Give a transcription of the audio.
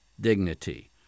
dignity